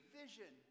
vision